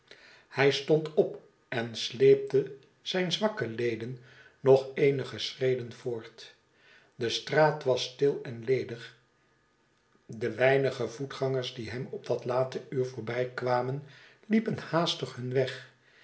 hij stond op en sleepte zijn zwakke leden nog eenige schreden voort de straat was stil en ledig de weinige voetgangers die hem op dat late uur voorbij kwamen liepen haastig hun weg